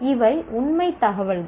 இவை உண்மைத் தகவல்கள்